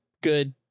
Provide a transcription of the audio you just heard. good